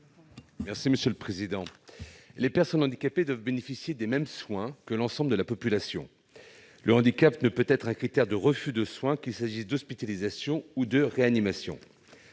n° 12 rectifié. Les personnes handicapées doivent bénéficier des mêmes soins que l'ensemble de la population. Le handicap ne peut être un critère de refus de soins, qu'il s'agisse d'hospitalisation ou de réanimation.